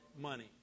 money